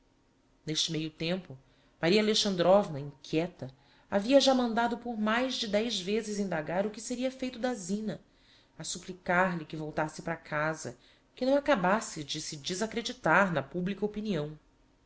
n'este meio tempo maria alexandrovna inquiéta havia já mandado por mais de dez vezes indagar o que seria feito da zina a supplicar lhe que voltasse para casa que não acabasse de se desacreditar na publica opinião